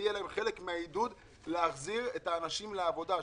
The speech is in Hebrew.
זה יהיה להן חלק מהעידוד להחזיר את האנשים לעבודה.